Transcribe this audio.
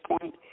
point